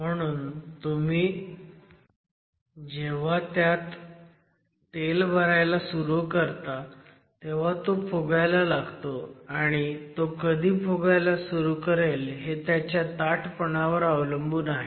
म्हणून जेव्हा तुम्ही त्यात तेल भरायला सुरू करता तेव्हा तो फुगायला लागतो आणि तो कधी फुगायला सुरू करेल हे त्याच्या ताठपणावर अवलंबून आहे